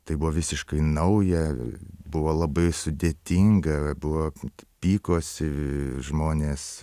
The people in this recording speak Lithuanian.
tai buvo visiškai nauja buvo labai sudėtinga buvo pykosi žmonės